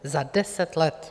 Za deset let.